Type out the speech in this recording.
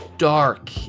dark